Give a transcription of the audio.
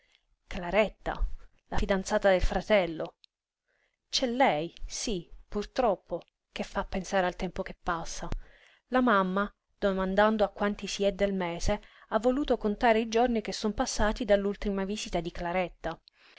claretta la fidanzata del fratello c'è lei sí purtroppo che fa pensare al tempo che passa la mamma domandando a quanti si è del mese ha voluto contare i giorni che son passati dall'ultima visita di claretta